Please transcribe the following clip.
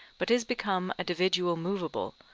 but is become a dividual movable,